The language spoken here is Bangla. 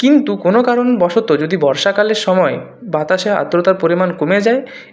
কিন্তু কোনো কারণবশত যদি বর্ষাকালের সময়ে বাতাসে আর্দ্রতার পরিমাণ কমে যায়